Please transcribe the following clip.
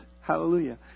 Hallelujah